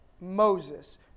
Moses